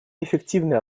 эффективной